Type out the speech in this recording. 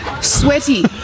sweaty